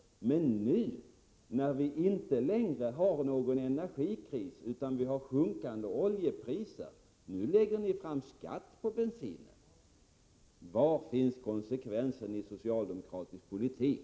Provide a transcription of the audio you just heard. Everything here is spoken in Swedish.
Nu, när vi inte längre har någon energikris utan sjunkande oljepriser, lägger ni fram ett förslag om höjd skatt på bensin. Var finns konsekvensen i socialdemokratisk politik?